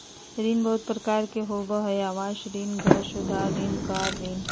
ऋण बहुत प्रकार के होबा हइ आवास ऋण, घर सुधार ऋण, कार ऋण